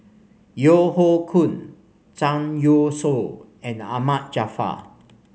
Yeo Hoe Koon Zhang Youshuo and Ahmad Jaafar